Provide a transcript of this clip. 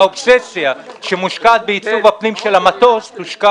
מהאובססיה שמושקעת בעיצוב הפנים של המטוס תושקע